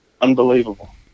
Unbelievable